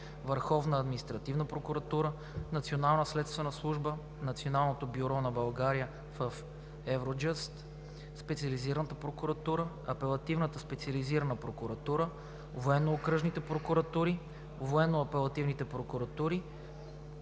Върховната административна прокуратура, Националната следствена служба, Националното бюро на България в Евроджъст, Специализираната прокуратура, Апелативната специализирана прокуратура, Военно-окръжните прокуратури, Военно-апелативните прокуратури